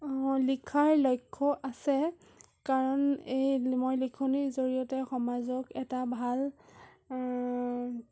লিখাৰ লক্ষ্য আছে কাৰণ এই মই এই লিখনীৰ জড়িয়তে সমাজক এটা ভাল